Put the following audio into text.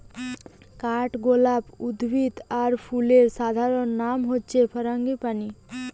কাঠগোলাপ উদ্ভিদ আর ফুলের সাধারণ নাম হচ্ছে ফারাঙ্গিপানি